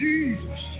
Jesus